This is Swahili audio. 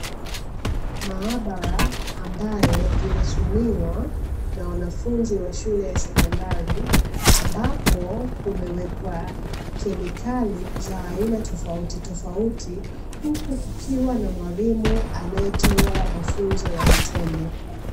Maabara ambayo inatumiwa na wanafunzi wa shule ya sekondari, ambapo kumewekwa kemikali za aina tofautitofauti, huku kukiwa na mwalimu anayetoa mafunzo ya vitendo.